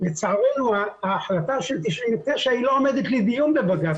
לצערנו ההחלטה של 99' היא לא עומדת לדיון בבג"צ,